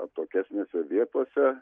atokesnėse vietose